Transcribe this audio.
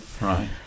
right